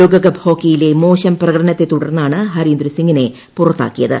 ലോകകപ്പ് ഹോക്കിയിലെ മോശം പ്രകടനത്തെ തുടർന്നാണ് ഹരേന്ദ്ര സിങ്ങിനെ പുറത്താക്കിയത്